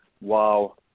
Wow